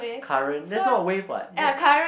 current that's not wave what that's